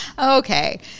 Okay